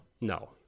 No